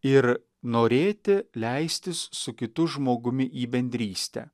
ir norėti leistis su kitu žmogumi į bendrystę